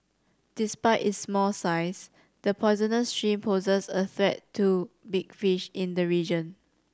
despite its small size the poisonous shrimp poses a threat to big fish in the region